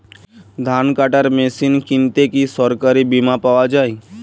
ধান কাটার মেশিন কিনতে কি সরকারী বিমা পাওয়া যায়?